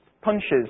punches